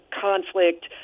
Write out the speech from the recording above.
conflict